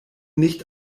nicht